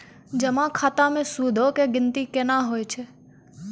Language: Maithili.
जमा खाता मे सूदो के गिनती केना होय छै?